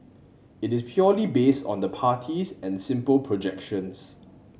it is purely based on the parties and simple projections